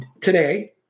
today